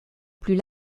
plus